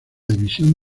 división